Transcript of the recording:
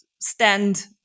stand